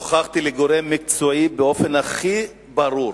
בדיון בממשלה הוכחתי לגורם מקצועי באופן הכי ברור